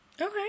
Okay